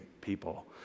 people